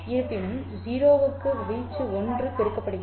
இருப்பினும் 0 க்கு வீச்சு ஒன்று பெருக்கப்படுகிறது